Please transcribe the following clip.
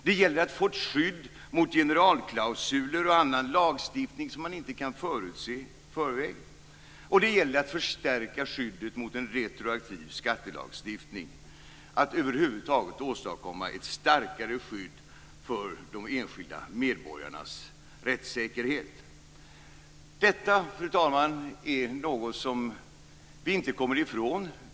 Det gäller att få ett skydd mot generalklausuler och annan lagstiftning som man inte kan förutse i förväg. Det gäller att förstärka skyddet mot en retroaktiv skattelagstiftning. Över huvud taget handlar det om att åstadkomma ett starkare skydd för de enskilda medborgarnas rättssäkerhet. Fru talman! Detta är något som vi inte kommer ifrån.